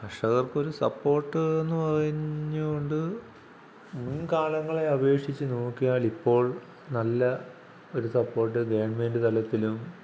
കർഷകർക്കൊരു support എന്ന് പറഞ്ഞുകൊണ്ട് മുൻകാലങ്ങളെ അപേഷിച്ച് നോക്കിയാൽ ഇപ്പോൾ നല്ല ഒരു സപ്പോട്ട് ഗവണ്മെൻ്റ് തലത്തിലും